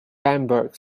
bamberg